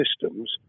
systems